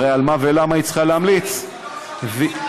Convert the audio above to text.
אדוני,